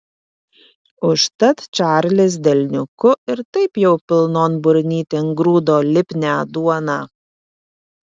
užtat čarlis delniuku ir taip jau pilnon burnytėn grūdo lipnią duoną